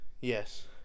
yes